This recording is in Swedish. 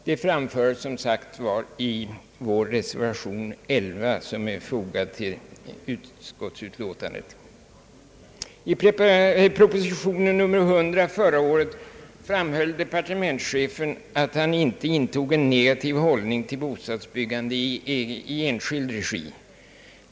Det framförs som sagt i vår reservation 11, som är fogad till utskottsutlåtandet. I propositionen nr 100 förra året framhöll departementschefen, att han inte intog en negativ hållning till bostadsbyggande i enskild regi.